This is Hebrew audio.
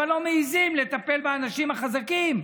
אבל לא מעיזים לטפל באנשים החזקים,